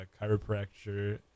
chiropractor